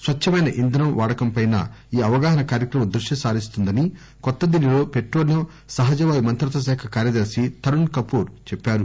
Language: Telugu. స్వచ్చమైన ఇధనం వాడకంపై ఈ అవగాహన కార్యక్రమం దృష్టి సారిస్తుందని కొత్త ఢిల్లీ లో పెట్రోలియమ్ సహజవాయువు మంత్రిత్వ శాఖ కార్యదర్శి తరుణ్ కపూర్ చెప్పారు